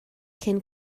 cyn